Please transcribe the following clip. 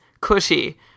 cushy